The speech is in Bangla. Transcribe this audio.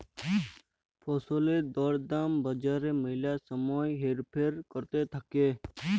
ফসলের দর দাম বাজারে ম্যালা সময় হেরফের ক্যরতে থাক্যে